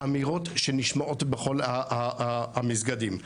אמירות שנשמעות בכל המסגדים.